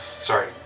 Sorry